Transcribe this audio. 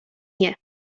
nie